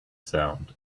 sound